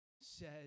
says